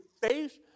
face